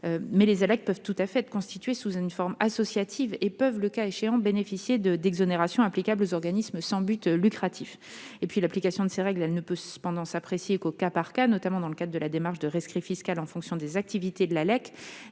TVA. Les ALEC peuvent tout à fait être constituées sous une forme associative et, le cas échéant, bénéficier d'exonérations applicables aux organismes sans but lucratif. L'application de ces règles ne peut cependant s'apprécier qu'au cas par cas, notamment dans le cadre de la démarche de rescrit fiscal en fonction des activités de l'ALEC,